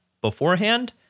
beforehand